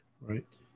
Right